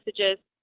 messages